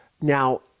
now